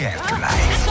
Afterlife